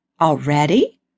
Already